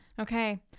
Okay